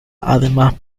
además